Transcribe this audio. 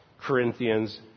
Corinthians